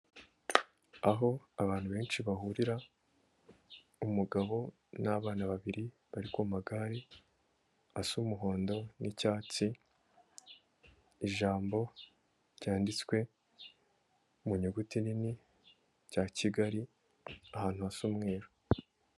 Aho abantu benshi bahurira, umugabo n'abana babiri bari ku magare asa umuhondo n'icyatsi, ijambo ryanditswe mu nyuguti nini rya Kigali, ahantu hasa umweru.